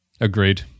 Agreed